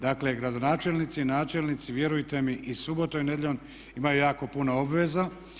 Dakle, gradonačelnici i načelnici vjerujte mi i subotom i nedjeljom imaju jako puno obveza.